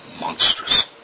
monstrous